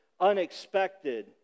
unexpected